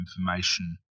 information